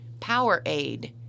PowerAid